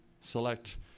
select